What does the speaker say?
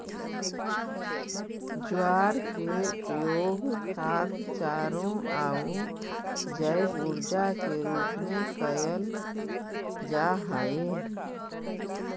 ज्वार के उपयोग खाद्य चारों आउ जैव ऊर्जा के रूप में कयल जा हई